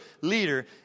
leader